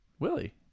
Willie